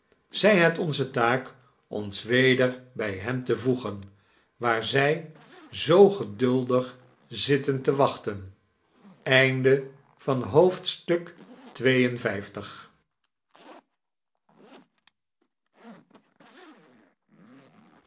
zij het onze taak ons weder bij hen te voegen waar zij zoo geduldig zitten te wachten